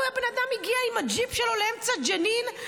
הבן אדם הגיע עם הג'יפ שלו לאמצע ג'נין,